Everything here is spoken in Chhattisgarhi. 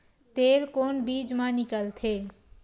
तेल कोन बीज मा निकलथे?